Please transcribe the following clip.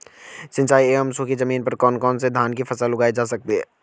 सिंचाई एवं सूखी जमीन पर कौन कौन से धान की फसल उगाई जा सकती है?